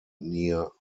near